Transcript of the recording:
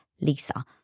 Lisa